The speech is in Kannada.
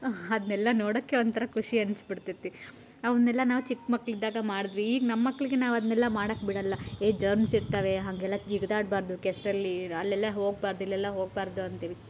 ಅದನ್ನೆಲ್ಲ ನೋಡೋಕೆ ಒಂಥರ ಖುಷಿ ಅನಿಸ್ಬಡ್ತದೆ ಅವನ್ನೆಲ್ಲ ನಾವು ಚಿಕ್ಕಮಕ್ಳಿದ್ದಾಗ ಮಾಡಿದ್ವಿ ಈಗ ನಮ್ಮ ಮಕ್ಕಳಿಗೆ ನಾವು ಅದನ್ನೆಲ್ಲ ಮಾಡೋಕ್ ಬಿಡೋಲ್ಲ ಏ ಜರ್ಮ್ಸ್ ಇರ್ತವೆ ಹಾಗೆಲ್ಲ ಜಿಗಿದಾಡಬಾರ್ದು ಕೆಸರಲ್ಲಿ ಅಲ್ಲೆಲ್ಲ ಹೋಗಬಾರ್ದು ಇಲ್ಲೆಲ್ಲ ಹೋಗಬಾರ್ದು ಅಂತೀವಿ